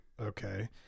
okay